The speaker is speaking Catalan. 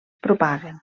propaguen